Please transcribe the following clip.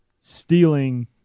stealing